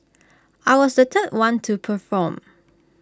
I was the third one to perform